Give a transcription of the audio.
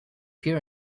pure